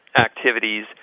activities